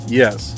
yes